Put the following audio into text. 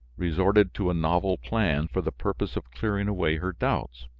resorted to a novel plan, for the purpose of clearing away her doubts.